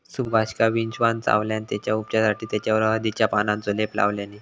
सुभाषका विंचवान चावल्यान तेच्या उपचारासाठी तेच्यावर हळदीच्या पानांचो लेप लावल्यानी